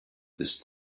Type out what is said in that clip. this